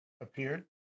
appeared